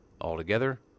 altogether